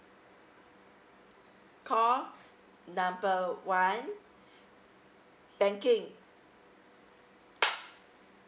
call number one banking